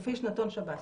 לפי שנתון שב"ס,